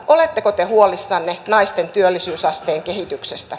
oletteko te huolissanne naisten työllisyysasteen kehityksestä